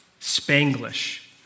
Spanglish